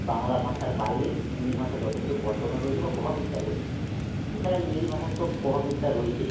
বাংলা ভাষার বাইরে হিন্দি ভাষা যথেষ্ট প্রচলন রয়েছে বা প্রভাব বিস্তার করছে এছাড়া ইংরেজি ভাষার তো প্রভাব বিস্তার রয়েছেই